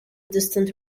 distant